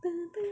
但是